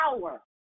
power